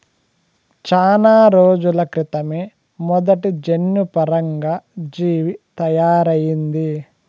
చానా రోజుల క్రితమే మొదటి జన్యుపరంగా జీవి తయారయింది